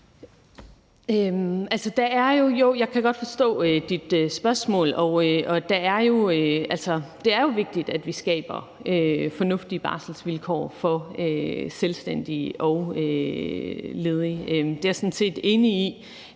Jeg kan godt forstå dit spørgsmål, og altså, det er jo vigtigt, at vi skaber fornuftige barselsvilkår for selvstændige og ledige; det er jeg sådan set enig i.